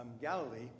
Galilee